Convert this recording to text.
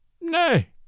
Nay